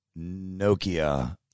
Nokia